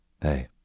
Hey